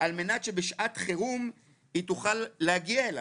על מנת שבשעת חירום היא תוכל להגיע אליו.